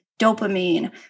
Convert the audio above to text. dopamine